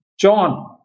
John